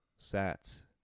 sats